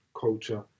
culture